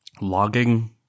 Logging